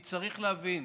כי צריך להבין,